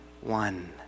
one